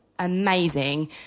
amazing